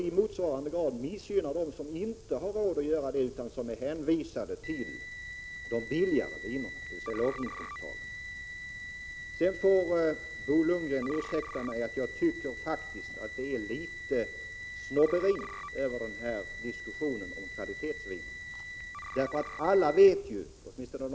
I motsvarande grad missgynnas de som inte har råd att köpa sådana viner utan är hänvisade till billigare viner, dvs. låginkomsttagarna. Bo Lundgren får ursäkta att jag faktiskt tycker att det är litet snobberi över diskussionen om kvalitetsvinerna.